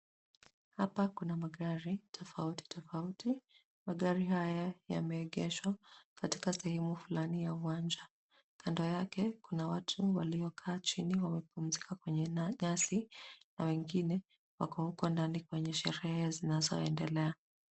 Hapa kuna magari tofauti tofauti. Magari haya yameegeshwa katika sehemu flani ya uwanja. Kando yake kuna watu waliokaa chini wamepumzika kwenye nyasi, na wengine wako huko ndani kwenye sherehe zinazoendelea.